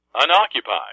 unoccupied